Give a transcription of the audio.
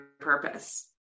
purpose